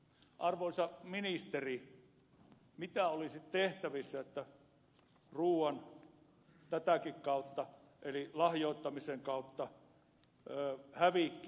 arvoisa ministeri mitä olisi tehtävissä että tätäkin kautta eli lahjoittamisen kautta ruuan hävikki vähenisi